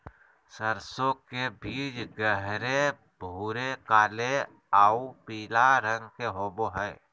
सरसों के बीज गहरे भूरे काले आऊ पीला रंग के होबो हइ